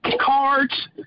cards